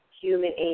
human